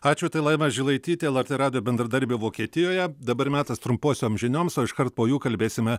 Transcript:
ačiū tai laima žilaitytė lrt radijo bendradarbė vokietijoje dabar metas trumposiom žinioms o iškart po jų kalbėsime